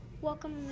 Welcome